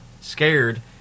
scared